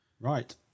right